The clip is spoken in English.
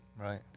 Right